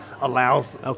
allows